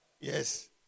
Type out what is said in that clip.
Yes